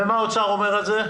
ומה האוצר אומר על זה?